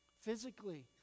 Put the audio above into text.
physically